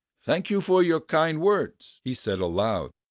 thank you for your kind words, he said aloud.